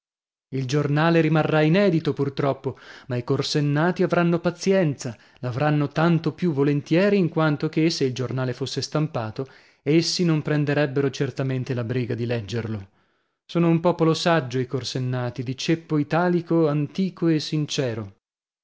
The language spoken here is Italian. il giornale rimarrà inedito pur troppo ma i corsennati avranno pazienza l'avranno tanto più volentieri in quanto che se il giornale fosse stampato essi non si prenderebbero certamente la briga di leggerlo sono un popolo saggio i corsennati di ceppo italico antico e sincero